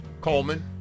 Coleman